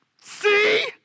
see